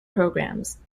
programmes